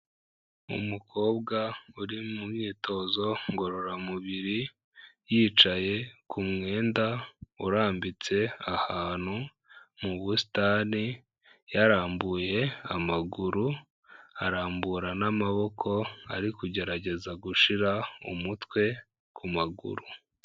Umukobwa uri mu myitozo ngororamubiri yicaye ku mwenda urambitse ahantu mu busitani, yarambuye amaguru arambura n'amaboko ari kugerageza gushyira umutwe ku maguru.